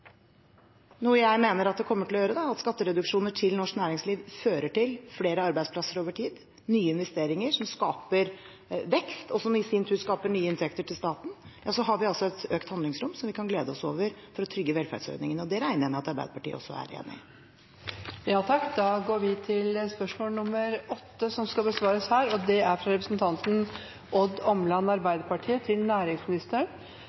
til – noe jeg mener det kommer til å gjøre – flere arbeidsplasser over tid, nye investeringer som skaper vekst, og som i sin tur skaper nye inntekter til staten, så har vi et økt handlingsrom som vi kan glede oss over for å trygge velferdsordningene. Det regner jeg med at Arbeiderpartiet også er enig i. Vi går da til spørsmål 8. Dette spørsmålet, fra Odd Omland til næringsministeren, vil bli besvart av finansministeren som rette vedkommende. «Arbeid til alle er